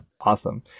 awesome